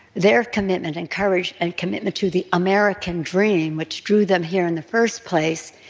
their commitment and courage and commitment to the american dream, which drew them here in the first place,